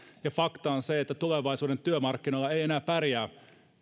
fakta on se että tulevaisuuden työmarkkinoilla ei enää pärjää